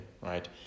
Right